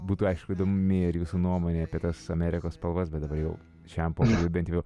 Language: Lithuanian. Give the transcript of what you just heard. būtų aišku įdomi ir jūsų nuomonė apie tas amerikos spalvas bet dabar jau šiam pokalbiui bent jau